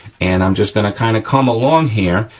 and i'm just gonna kinda come along here,